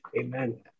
Amen